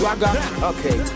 Okay